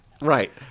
right